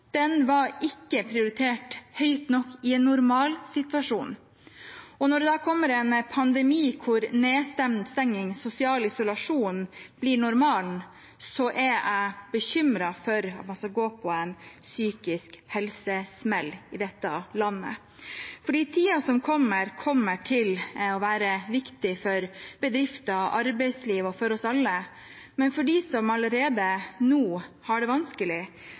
da kommer en pandemi, hvor nedstenging og sosial isolasjon blir normalen, er jeg bekymret for at man skal gå på en psykisk helsesmell i dette landet. Tiden som kommer, kommer til å være viktig for bedrifter, arbeidsliv og for oss alle, men for dem som allerede nå har det vanskelig,